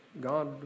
God